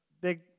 big